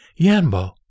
YANBO